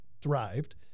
derived